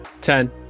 Ten